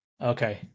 Okay